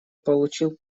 получил